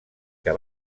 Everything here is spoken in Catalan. que